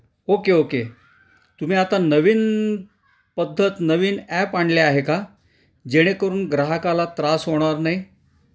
okay okay तुम्ही आता नवीन पद्धत नवीन ॲप आणले आहे का जेणेकरून ग्राहकाला त्रास होणार नाही